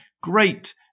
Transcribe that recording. great